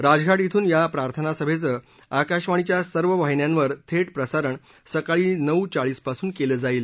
राजघाट श्रून या प्रार्थना सभेचं आकाशवाणीच्या सर्व वाहिन्यांवर थेट प्रसारण सकाळी नऊ चाळीसपासून केलं जाईल